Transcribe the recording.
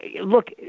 look